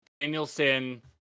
Danielson